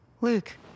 Luke